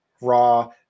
raw